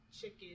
chicken